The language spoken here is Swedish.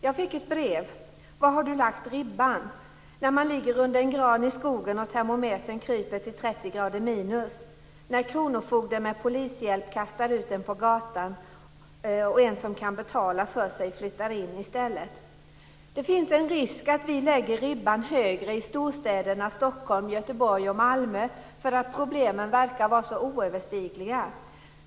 Jag fick ett brev där det stod: Var har du lagt ribban - när man ligger under en gran i skogen och termometern kryper till 30 grader minus, när kronofogden med polishjälp kastar ut en på gatan och en som kan betala för sig flyttar in i stället? Det finns en risk att vi lägger ribban högre i storstäderna Stockholm, Göteborg och Malmö för att problemen verkar vara så oöverstigliga.